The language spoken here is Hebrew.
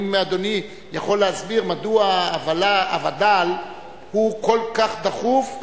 האם אדוני יכול להסביר מדוע הווד"ל הוא כל כך דחוף,